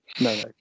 No